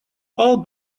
all